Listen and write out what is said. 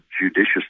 judicious